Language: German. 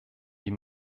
die